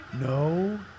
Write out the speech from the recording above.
No